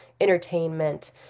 entertainment